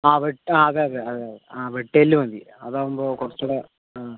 ആ വെട്ട് അതെയതെ അതെയതെ ആ വെട്ടുകല്ല് മതി അതാവുമ്പോൾ കുറച്ചുകൂടി ആ